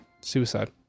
Suicide